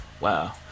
wow